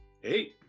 Hey